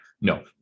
no